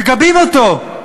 מגבים אותו.